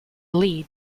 lead